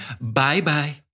bye-bye